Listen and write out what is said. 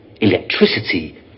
Electricity